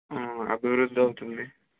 అభివృద్ధి అవుతుంది